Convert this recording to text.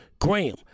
Graham